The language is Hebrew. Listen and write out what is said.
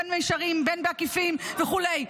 בין במישרין ובין בעקיפין" וכו'.